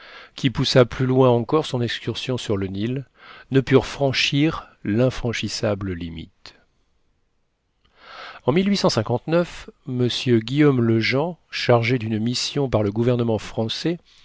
qui poussa plus loin encore son excursion sur le nil ne purent franchir l'infranchissable limite en m guillaume lejean chargé d'une mission par le gouvernement français